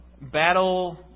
battle